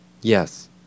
Yes